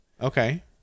Okay